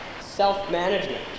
self-management